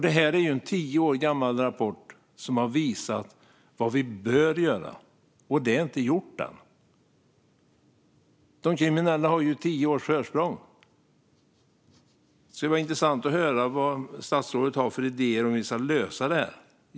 Den tio år gamla rapporten visar vad vi då behövde göra, och det är ännu inte gjort. De kriminella har alltså tio års försprång. Det skulle vara intressant att höra vad statsrådet har för idéer för att lösa detta.